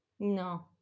no